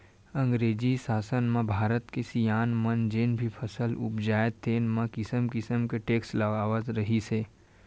अंगरेजी सासन म भारत के किसान मन जेन भी फसल उपजावय तेन म किसम किसम के टेक्स लगावत रिहिस हे